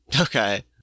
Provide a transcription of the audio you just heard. Okay